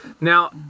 Now